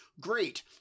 great